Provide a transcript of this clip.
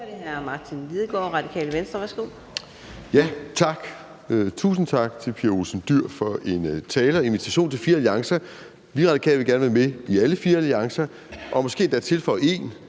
Martin Lidegaard (RV): Tak. Og tusind tak til fru Pia Olsen Dyhr for talen og for en invitation til fire alliancer. Vi Radikale vil gerne være med i alle fire alliancer, og vi vil måske endda tilføje en